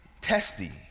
testy